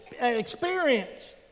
experience